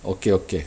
okay okay